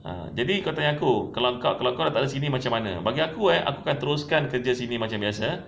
ah jadi kau tanya aku kalau kau kalau kau takde sini macam mana bagi aku eh aku akan teruskan kerja sini macam biasa